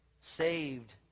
saved